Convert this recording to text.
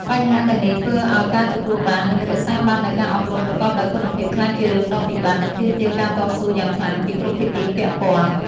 បញ្ហាទាំងនេះធ្វើឱ្យការទទួលបាន និងរក្សាបាននូវការអប់រំប្រកបដោយគុណភាពក្លាយជារឿងដ៏ពិបាក និងទាមទារការតស៊ូយ៉ាងខ្លាំងពីគ្រប់ភាគីពាក់ព័ន្ធ។